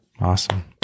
Awesome